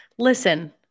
Listen